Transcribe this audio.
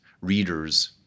readers